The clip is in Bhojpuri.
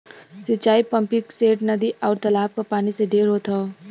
सिंचाई पम्पिंगसेट, नदी, आउर तालाब क पानी से ढेर होत हौ